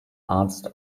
arzt